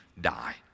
die